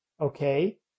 okay